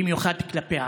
במיוחד כלפי הערבים.